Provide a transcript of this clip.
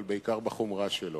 אבל בעיקר בחומרה שלו.